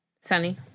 Sunny